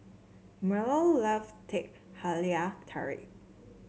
Merl loves Teh Halia Tarik